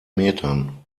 metern